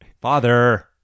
Father